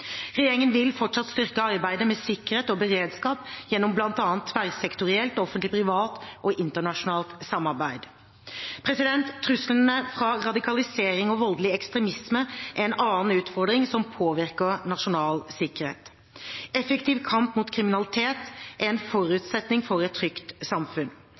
Regjeringen vil fortsatt styrke arbeidet med sikkerhet og beredskap gjennom bl.a. tverrsektorielt, offentlig-privat og internasjonalt samarbeid. Truslene fra radikalisering og voldelig ekstremisme er en annen utfordring som påvirker nasjonal sikkerhet. Effektiv kamp mot kriminalitet er en forutsetning for et trygt samfunn.